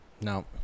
No